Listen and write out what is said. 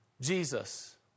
Jesus